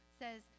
says